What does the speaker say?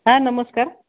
हां नमस्कार